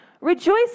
Rejoice